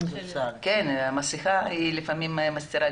אני אומרת